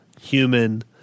human